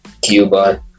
cuba